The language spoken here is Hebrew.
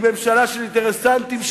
היא ממשלה של אינטרסנטים,